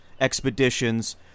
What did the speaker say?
expeditions